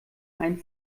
ein